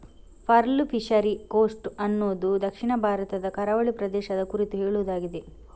pearl fishery coast ಅನ್ನುದು ದಕ್ಷಿಣ ಭಾರತದ ಕರಾವಳಿ ಪ್ರದೇಶದ ಕುರಿತು ಹೇಳುದಾಗಿದೆ